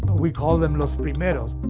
we call them los primeros.